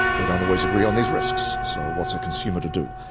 they don't always agree on these risks. so what's a consumer to do?